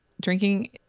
drinking